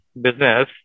business